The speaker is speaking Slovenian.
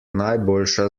najboljša